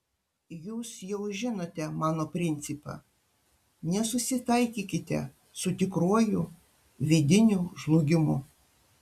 jūs jau žinote mano principą nesusitaikykite su tikruoju vidiniu žlugimu